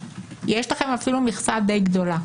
יש לכם אפילו מכסה די גדולה,